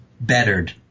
bettered